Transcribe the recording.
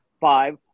five